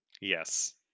yes